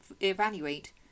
evaluate